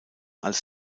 als